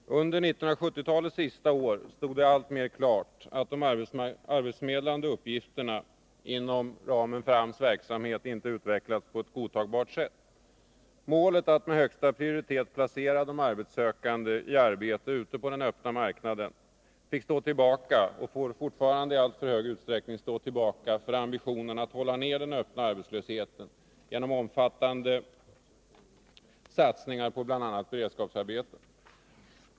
Herr talman! Under 1970-talets sista år stod det alltmer klart att de arbetsförmedlande uppgifterna inom ramen för AMS verksamhet inte utvecklats på ett godtagbart sätt. Målet att med högsta prioritet placera de arbetssökande ii arbete ute på den öppna marknaden fick, och får fortfarande ialltför stor utsträckning, stå tillbaka för ambitionen att hålla nere den öppna arbetslösheten genom omfattande satsningar på bl.a. beredskapsarbeten.